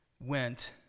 went